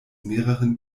mehreren